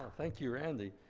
thank you, randy.